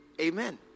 Amen